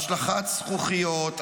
השלכת זכוכיות,